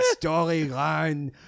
storyline